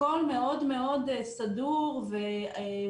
הכול מאוד מאוד סדור ומאורגן.